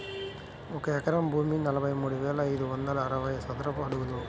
ఒక ఎకరం భూమి నలభై మూడు వేల ఐదు వందల అరవై చదరపు అడుగులు